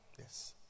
Yes